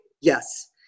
yes